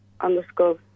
underscore